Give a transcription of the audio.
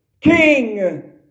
king